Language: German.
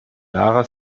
lara